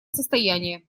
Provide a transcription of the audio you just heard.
состояния